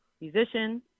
musician